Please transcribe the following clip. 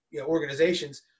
organizations